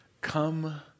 Come